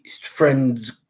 friend's